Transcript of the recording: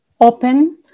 open